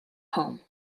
home